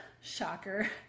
shocker